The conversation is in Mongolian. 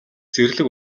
зэрлэг